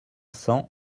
cents